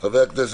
ב-זום.